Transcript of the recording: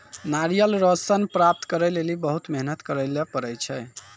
नारियल रो सन प्राप्त करै लेली बहुत मेहनत करै ले पड़ै छै